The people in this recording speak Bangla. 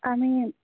আমি